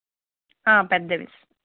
పెద్దవి